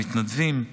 המתנדבים,